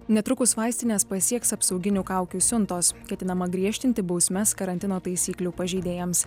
netrukus vaistines pasieks apsauginių kaukių siuntos ketinama griežtinti bausmes karantino taisyklių pažeidėjams